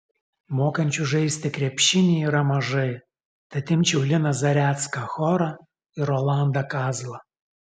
mokančių žaisti krepšinį yra mažai tad imčiau liną zarecką chorą ir rolandą kazlą